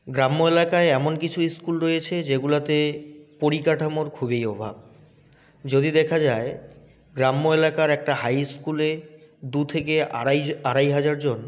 গ্রাম্য এলাকায় এমন কিছু স্কুল রয়েছে যেগুলোতে পরিকাঠামোর খুবই অভাব যদি দেখা যায় গ্রাম্য এলাকার একটা হাই স্কুলে দু থেকে আড়াই হাজার জন